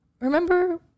Remember